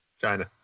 China